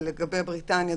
לגבי בריטניה,